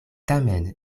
tamen